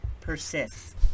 persists